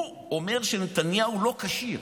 הוא אומר שנתניהו לא כשיר.